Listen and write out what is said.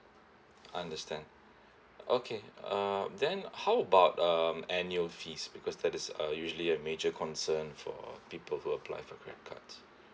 understand okay uh then how about uh annual fees because that is a usually a major concern for people who apply for credit cards